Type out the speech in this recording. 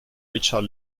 richard